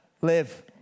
live